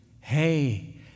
hey